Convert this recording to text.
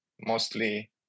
mostly